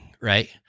right